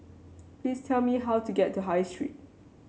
please tell me how to get to High Street